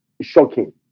shocking